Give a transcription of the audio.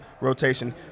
rotation